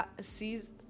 sees